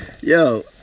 Yo